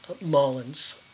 Mullins